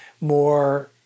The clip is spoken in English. more